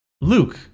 Luke